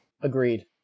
Agreed